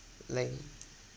like